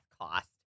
cost